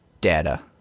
data